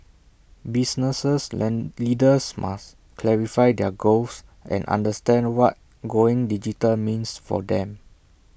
business led leaders must clarify their goals and understand what going digital means for them